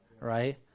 Right